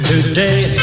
Today